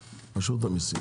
המיסים.